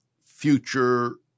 future